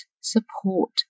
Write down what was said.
support